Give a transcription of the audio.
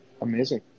Amazing